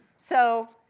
so,